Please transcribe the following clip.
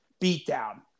beatdown